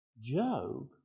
Job